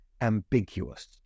ambiguous